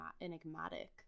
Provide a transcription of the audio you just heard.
enigmatic